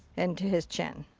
into his chin.